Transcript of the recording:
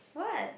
what